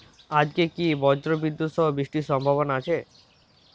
আজকে কি ব্রর্জবিদুৎ সহ বৃষ্টির সম্ভাবনা আছে?